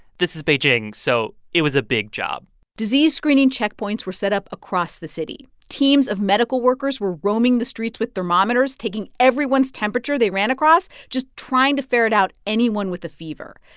this is beijing, so it was a big job disease screening checkpoints were set up across the city. teams of medical workers were roaming the streets with thermometers, taking everyone's temperature they ran across just trying to ferret out anyone with a fever.